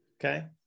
okay